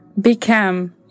become